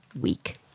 week